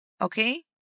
Okay